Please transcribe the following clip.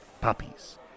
puppies